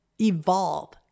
evolve